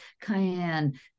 cayenne